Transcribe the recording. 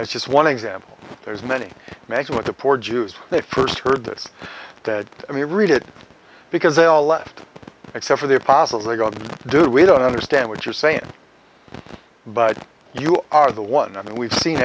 that's just one example there's many many what the poor jews they first heard this dead i mean read it because they all left except for the apostles they're going to do we don't understand what you're saying but you are the one i mean we've seen